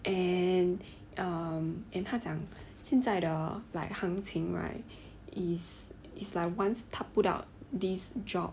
and um and 他讲现在的 like 行情 right is is like once 他 put out this job